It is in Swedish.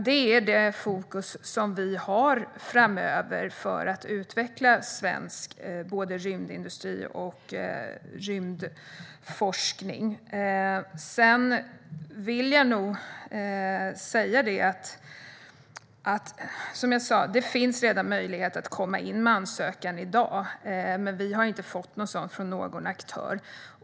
Detta är det fokus vi har framöver för att utveckla svensk rymdindustri och rymdforskning. Som jag sa finns redan en möjlighet att komma in med en ansökan i dag, men vi har inte fått någon sådan från någon aktör.